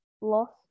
lost